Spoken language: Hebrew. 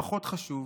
ולא פחות חשוב,